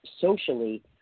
socially